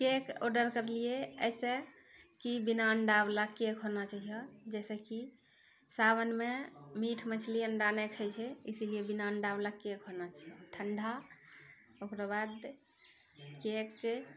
cake order करलियै ऐसे की बिना अण्डावला केक होना चाहिए जैसे की सावनमे मीट मछली अण्डा नहि खाइ छै इसीलिए बिना अण्डावला केक होना चाहिए ठण्डा ओकराबाद केक